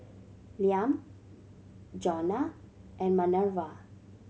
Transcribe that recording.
Liam Jonna and Manerva